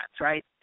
right